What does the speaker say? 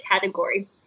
category